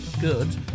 good